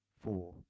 four